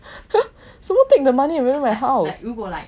什么 take your money and renovate my house